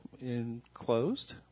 enclosed